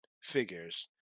figures